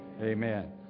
Amen